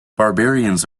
barbarians